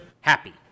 Happy